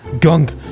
gunk